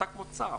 אתה כמו צב.